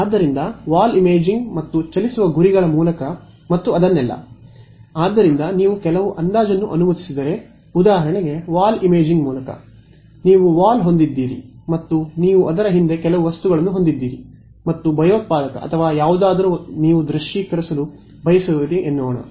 ಆದ್ದರಿಂದ wall imaging ಮತ್ತು ಚಲಿಸುವ ಗುರಿಗಳ ಮೂಲಕ ಮತ್ತು ಅದನ್ನೆಲ್ಲ ಆದ್ದರಿಂದ ನೀವು ಕೆಲವು ಅಂದಾಜನ್ನು ಅನುಮತಿಸಿದರೆ ಉದಾಹರಣೆಗೆ ವಾಲ್ ಇಮೇಜಿಂಗ್ ಮೂಲಕ ನೀವು ಗೋಡೆ ಹೊಂದಿದ್ದೀರಿ ಮತ್ತು ನೀವು ಅದರ ಹಿಂದೆ ಕೆಲವು ವಸ್ತುಗಳನ್ನು ಹೊಂದಿದ್ದೀರಿ ಮತ್ತು ಭಯೋತ್ಪಾದಕ ಅಥವಾ ಯಾವುದನ್ನಾದರೂ ನೀವು ದೃಶ್ಯೀಕರಿಸಲು ಬಯಸುವಿರಿ ಎನ್ನೋಣ